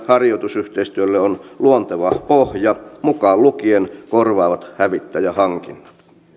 harjoitusyhteistyölle on luonteva pohja mukaan lukien korvaavat hävittäjähankinnat